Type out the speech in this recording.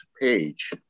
page